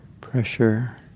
pressure